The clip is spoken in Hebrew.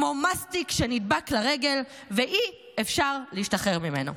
כמו מסטיק שנדבק לרגל ואי-אפשר להשתחרר ממנו.